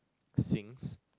Sings